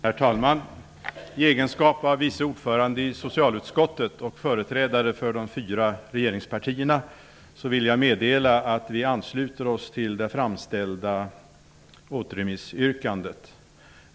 Herr talman! I egenskap av vice ordförande i socialutskottet och företrädare för de fyra regeringspartierna vill jag meddela att vi ansluter oss till det framställda återremissyrkandet.